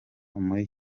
muri